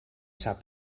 sap